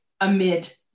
amid